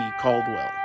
Caldwell